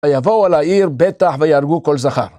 ויבואו על העיר בטח ויהרגו כל זכר.